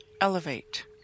elevate